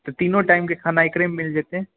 तीनो टाइम के खाना एकरे मे मिल जेतै